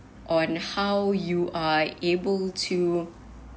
on how you are able to